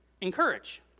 encourage